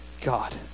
god